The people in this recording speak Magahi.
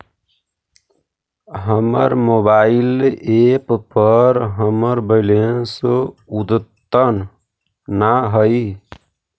हमर मोबाइल एप पर हमर बैलेंस अद्यतन ना हई